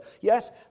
Yes